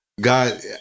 God